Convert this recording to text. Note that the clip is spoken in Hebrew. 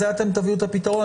לזה אתם תביאו את הפתרון.